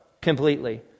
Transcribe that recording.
completely